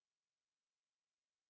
I just using it to talk